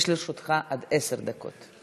יש לרשותך עד עשר דקות.